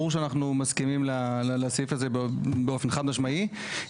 ברור שאנחנו מסכימים לסעיף הזה באופן חד משמעי,